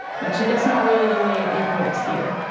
which is not really the way it works here.